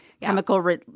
chemical